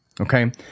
Okay